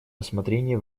рассмотрении